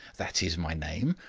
that is my name,